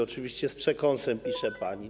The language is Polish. Oczywiście z przekąsem pisze pani.